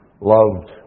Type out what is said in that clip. loved